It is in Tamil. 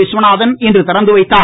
விஸ்வநாதன் இன்று திறந்து வைத்தார்